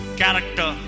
character